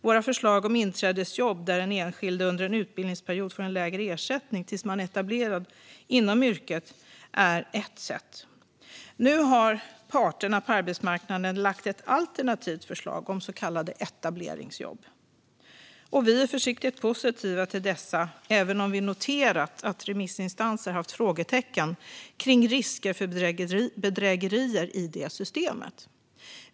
Våra förslag om inträdesjobb, där man under en utbildningsperiod får lägre ersättning tills man är etablerad inom yrket, är ett sätt. Nu har parterna på arbetsmarknaden lagt fram ett alternativt förslag om så kallade etableringsjobb. Vi är försiktigt positiva till dessa även om vi noterat att remissinstanser väckt frågor om risker för bedrägerier i systemet.